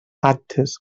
actes